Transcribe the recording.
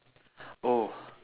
oh